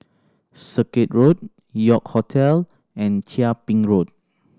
Circuit Road York Hotel and Chia Ping Road